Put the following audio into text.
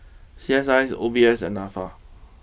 C S eyes O B S and NAFA